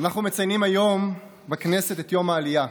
אנחנו מציינים היום בכנסת את יום העלייה.